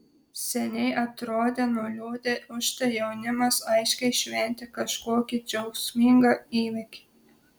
seniai atrodė nuliūdę užtai jaunimas aiškiai šventė kažkokį džiaugsmingą įvykį